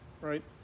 right